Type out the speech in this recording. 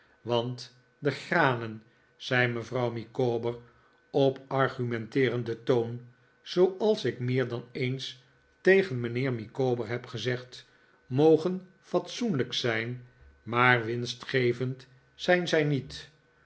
want de granen zei mevrouw micawber op argumenteerenden foon zooals ik meer dan eens tegen mijnheer micawber heb gezegd mogen fatsoenlijk zijn maar winstgevend zijn zij niet